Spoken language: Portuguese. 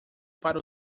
para